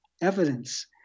evidence